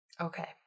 Okay